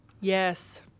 Yes